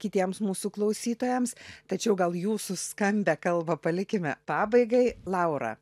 kitiems mūsų klausytojams tačiau gal jūsų skambią kalbą palikime pabaigai laura